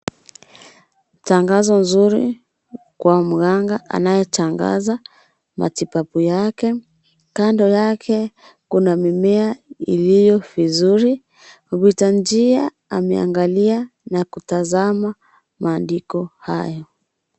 Tangazo nzuri kwa mganga anayetangaza matibabu yake kando yake kuna mimea iliyo vizuri mpita njia ameangalia na kutazama maandiko hayo.